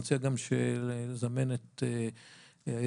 ואני רוצה רק לדעת אם הבנתי נכון,